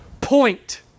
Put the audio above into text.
point